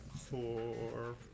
Four